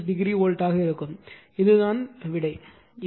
96 degree வோல்ட்டாக இருக்கும் இதுதான் பதில்